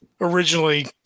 originally